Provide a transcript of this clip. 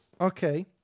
Okay